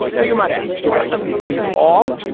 now you might ask. do i listen to these all.